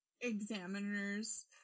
examiners